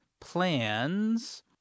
plans